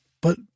But-